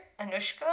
Anushka